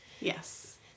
Yes